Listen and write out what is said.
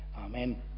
Amen